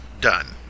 done